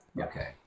Okay